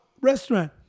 restaurant